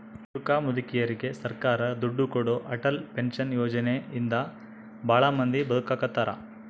ಮುದುಕ ಮುದುಕೆರಿಗೆ ಸರ್ಕಾರ ದುಡ್ಡು ಕೊಡೋ ಅಟಲ್ ಪೆನ್ಶನ್ ಯೋಜನೆ ಇಂದ ಭಾಳ ಮಂದಿ ಬದುಕಾಕತ್ತಾರ